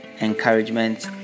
encouragement